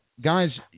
Guys